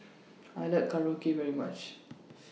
I like Korokke very much